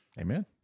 Amen